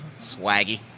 swaggy